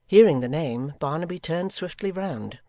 hearing the name, barnaby turned swiftly round.